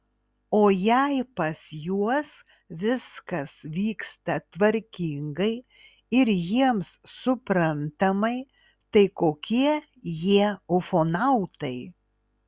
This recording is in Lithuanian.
o jei pas juos viskas vyksta tvarkingai ir jiems suprantamai tai kokie jie ufonautai